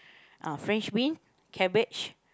ah french bean cabbage